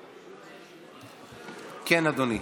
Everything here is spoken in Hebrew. כן, אדוני.